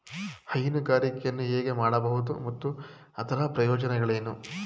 ಹೈನುಗಾರಿಕೆಯನ್ನು ಹೇಗೆ ಮಾಡಬಹುದು ಮತ್ತು ಅದರ ಪ್ರಯೋಜನಗಳೇನು?